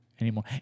anymore